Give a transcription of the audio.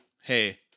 hey